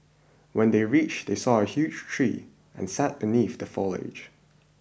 when they reached they saw a huge tree and sat beneath the foliage